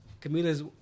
Camila's